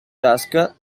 tasca